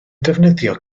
defnyddio